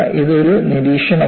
ഇത് ഒരു നിരീക്ഷണമാണ്